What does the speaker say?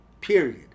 period